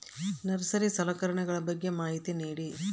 Nursery ಸಲಕರಣೆಗಳ ಬಗ್ಗೆ ಮಾಹಿತಿ ನೇಡಿ?